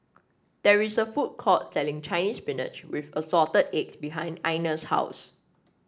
there is a food court selling Chinese Spinach with Assorted Eggs behind Einar's house